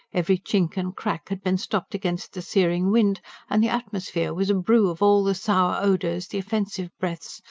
every chink and crack had been stopped against the searing wind and the atmosphere was a brew of all the sour odours, the offensive breaths,